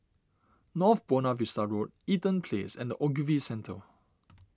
North Buona Vista Road Eaton Place and the Ogilvy Centre